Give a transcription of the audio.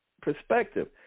perspective